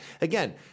Again